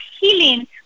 healing